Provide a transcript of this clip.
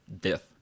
death